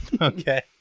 Okay